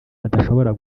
adashobora